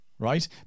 Right